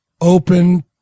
open